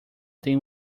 tem